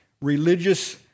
religious